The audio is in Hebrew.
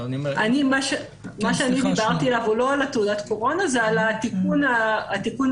מה שאני דיברתי זה לא על התעודת קורונה זה על התיקון הטכני,